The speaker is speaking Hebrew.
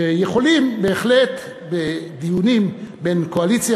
שיכולים בהחלט בדיונים בין קואליציה